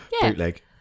bootleg